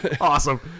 Awesome